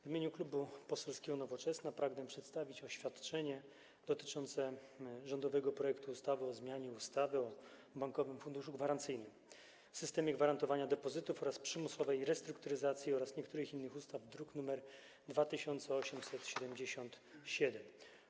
W imieniu Klubu Poselskiego Nowoczesna pragnę przedstawić oświadczenie dotyczące rządowego projektu ustawy o zmianie ustawy o Bankowym Funduszu Gwarancyjnym, systemie gwarantowania depozytów oraz przymusowej restrukturyzacji oraz niektórych innych ustaw, druk nr 2877.